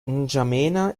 n’djamena